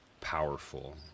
powerful